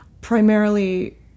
primarily